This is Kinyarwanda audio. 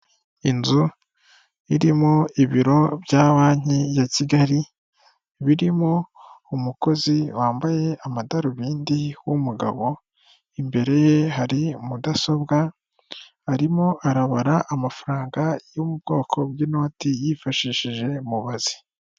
Inzu irimo ibiro bya banki ya Kigali birimo umukozi wambaye amadarubindi w'umugabo, imbere ye hari mudasobwa arimo arabara amafaranga yo mu bwoko bw'inoti yifashishije mubazi.